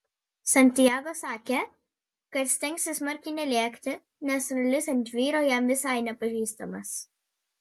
santiago sakė kad stengsis smarkiai nelėkti nes ralis ant žvyro jam visai nepažįstamas